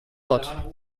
hot